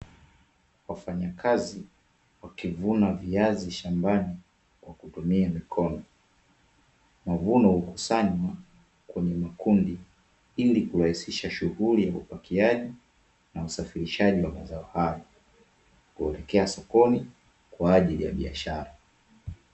Wafanyakazi wakivuna viazi shambani kwa kutumia mikono, mavuno hukusanywa kwenye makundi ili kurahisisha shughuli ya upakiaji na usafirishaji wa mazao hayo, kuelekea sokoni kwa ajili ya biashara.